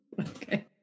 okay